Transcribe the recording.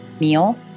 meal